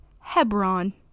Hebron